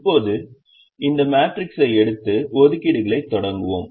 இப்போது இந்த மேட்ரிக்ஸை எடுத்து ஒதுக்கீடுகளைத் தொடங்குவோம்